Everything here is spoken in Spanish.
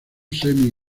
semi